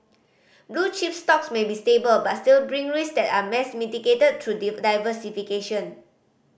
blue chip stocks may be stable but still bring risk that are best mitigated through diversification